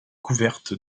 couverte